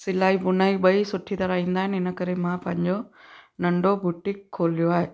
सिलाई बुनाई ॿई सुठी तरह ईंदा आहिनि इनकरे मां पंहिंजो नंढो बुटिक खोलियो आहे